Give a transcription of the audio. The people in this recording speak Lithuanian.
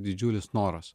didžiulis noras